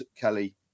Kelly